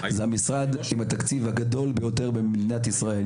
הוא המשרד עם התקציב הגדול ביותר במדינת ישראל,